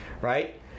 right